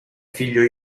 figlio